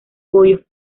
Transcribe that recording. pollos